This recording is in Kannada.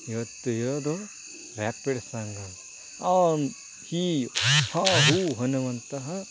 ಇವತ್ತು ಇರೋದು ರ್ಯಾಪಿಡ್ ಸಾಂಗ್ಗಳು ಆಮ್ ಹೀ ಹಾ ಹೂ ಅನ್ನುವಂತಹ